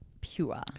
Pure